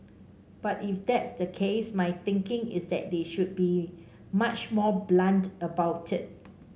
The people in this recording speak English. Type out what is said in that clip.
but if that's the case my thinking is that they should be much more blunt about it